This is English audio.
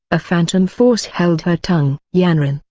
a phantom force held her tongue. yanran,